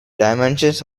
dimensions